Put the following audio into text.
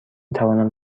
توانم